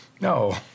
No